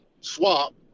swap